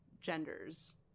genders